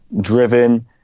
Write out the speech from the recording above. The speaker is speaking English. driven